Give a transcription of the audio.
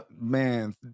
man